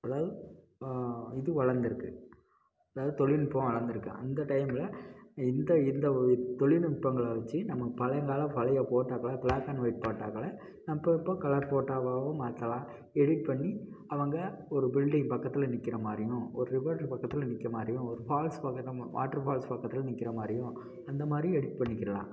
அதாவது இது வளர்ந்திருக்குது அதாவது தொழில்நுட்பம் வளர்ந்திருக்குது அந்த டைமில் இந்த இந்த ஒரு தொழில்நுட்பங்கள்ல வெச்சு நம்ம பழங்கால பழைய போட்டோக்களை ப்ளாக் அண்ட் ஒயிட் போட்டோக்களை நம்ம இப்போ கலர் போட்டோவாகவும் மாற்றலாம் எடிட் பண்ணி அவங்க ஒரு பில்டிங் பக்கத்தில் நிக்கிற மாதிரியும் ஒரு ரிவர் பக்கத்தில் நிக்கிற மாதிரியும் ஒரு பால்ஸ் பக்கத்தில் வாட்டர் பால்ஸ் பக்கத்தில் நிக்கிற மாதிரியும் அந்த மாதிரி எடிட் பண்ணிக்கிலாம்